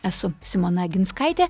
esu simona oginskaitė